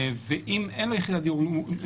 ואם אין לו יחידת נפרדת,